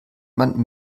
man